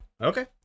Okay